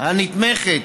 הנתמכת